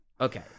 Okay